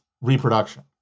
reproduction